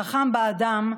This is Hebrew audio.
החכם באדם,